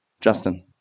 Justin